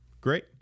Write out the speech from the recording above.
great